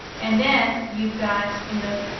and then, you've got you know,